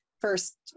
first